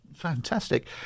Fantastic